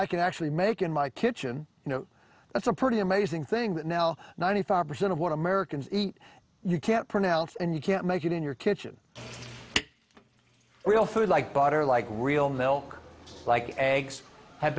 i can actually make in my kitchen you know that's a pretty amazing thing that now ninety five percent of what americans eat you can't pronounce and you can't make it in your kitchen real food like butter like real milk like